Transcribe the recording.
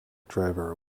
driver